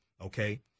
okay